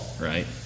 Right